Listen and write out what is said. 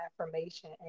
affirmation